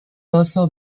also